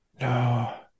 no